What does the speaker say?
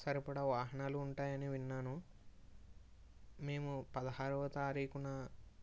సరిపడ వాహనాలు ఉంటాయని విన్నాను మేము పదహారవ తారీఖున